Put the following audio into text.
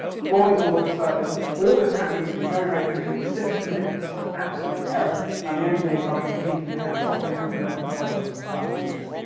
falling towards the surface. all this happens very, very quickly, it's six minutes of absolute terror and the engineers are completely hands-off, they have no control over this entire procedure.